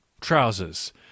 trousers